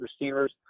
receivers